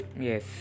yes